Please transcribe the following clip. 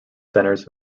centers